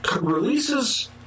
releases